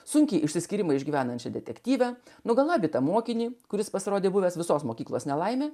sunkiai išsiskyrimą išgyvenančią detektyvę nugalabytą mokinį kuris pasirodė buvęs visos mokyklos nelaimė